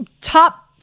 top